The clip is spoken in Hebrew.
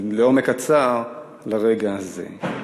לעומק הצער, לרגע הזה.